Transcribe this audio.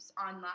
online